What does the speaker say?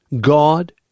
God